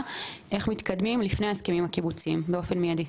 איך מתקדמים להסכמים הקיבוציים באופן מיידי.